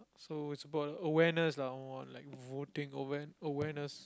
so it's about awareness lah like voting aware~ awareness